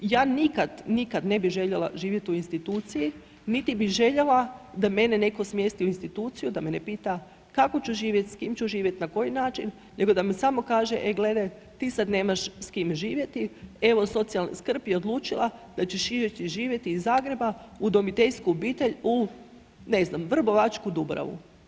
Ja nikad, nikad ne bih željela živjeti u instituciji niti bih željela da mene netko smjesti u instituciju, da me ne pita kako ću živjeti, s kime ću živjeti, na koji način, nego da mi samo kaže e gledaj ti sad nemaš s kime živjeti, evo socijalna skrb je odlučila da ćeš živjeti, živjeti iz Zagreba u udomiteljsku obitelj u ne znam Vrbovačku dubravu.